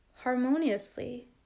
harmoniously